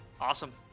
awesome